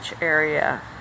area